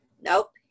Nope